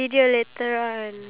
really